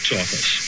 office